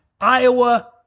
Iowa